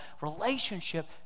relationship